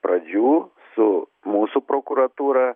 pradžių su mūsų prokuratūra